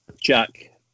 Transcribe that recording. Jack